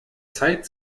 zeit